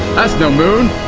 that's no moon!